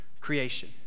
creation